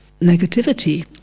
negativity